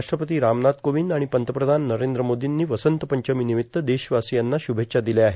राष्ट्रपती रामनाथ कोविंद आणि पंतप्रधान नरेंद्र मोदींनी वसंत पंचमीनिमित्त देशवासियांना श्भेच्छा दिल्या आहेत